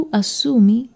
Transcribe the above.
assumi